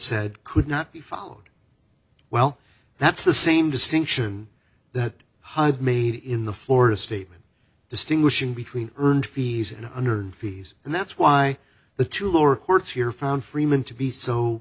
said could not be followed well that's the same distinction that hud made in the florida statement distinguishing between earned fees and under fees and that's why the two lower courts here found freeman to be so